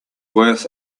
worth